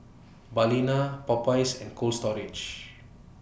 Balina Popeyes and Cold Storage